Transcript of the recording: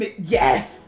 yes